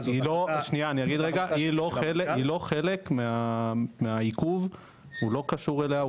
היא לא חלק מהעיכוב הוא לא קשור אליה,